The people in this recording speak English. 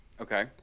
Okay